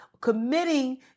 committing